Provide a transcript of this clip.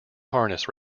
harness